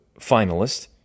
finalist